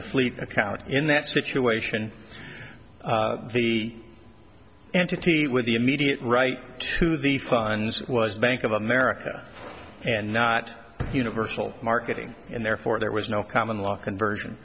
the fleet account in that situation the and to tea with the immediate right to the funds was bank of america and not universal marketing and therefore there was no common law conversion